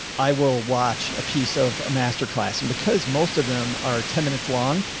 i will watch a piece of a masterclass. and because most of them are ten minutes long.